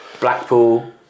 Blackpool